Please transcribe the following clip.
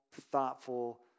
thoughtful